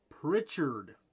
Pritchard